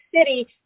City